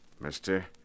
Mister